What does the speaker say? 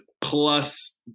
plus